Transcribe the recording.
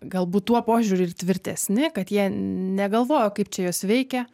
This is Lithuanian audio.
galbūt tuo požiūriu ir tvirtesni kad jie negalvojo kaip čia juos veikia